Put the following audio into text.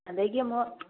ꯑꯗꯒꯤ ꯑꯃꯨꯛ